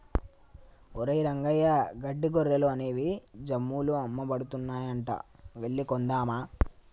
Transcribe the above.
ఒరేయ్ రంగయ్య గడ్డి గొర్రెలు అనేవి జమ్ముల్లో అమ్మబడుతున్నాయంట వెళ్లి కొందామా